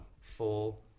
full